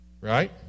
Right